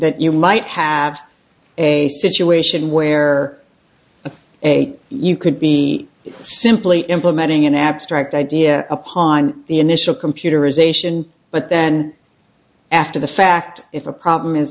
that you might have a situation where eight you could be simply implementing an abstract idea upon the initial computerization but then after the fact if a problem is